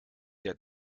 der